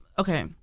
Okay